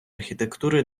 архітектури